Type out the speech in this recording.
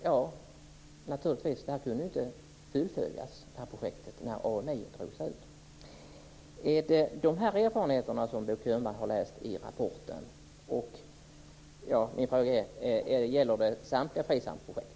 Men det här projektet kunde inte fullföljas när Är det de här erfarenheterna som Bo Könberg har läst om i rapporten? Gäller detta samtliga Frisamprojekt?